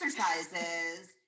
exercises